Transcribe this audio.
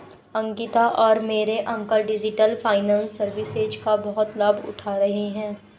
अंकिता और मेरे uncle digital finance services का बहुत लाभ उठा रहे हैं